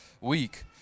week